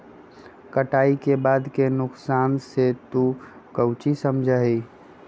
कटाई के बाद के नुकसान से तू काउची समझा ही?